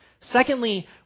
Secondly